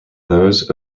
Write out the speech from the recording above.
those